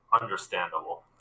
Understandable